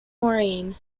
maureen